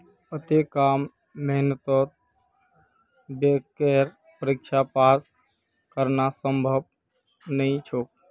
अत्ते कम मेहनतत बैंकेर परीक्षा पास करना संभव नई छोक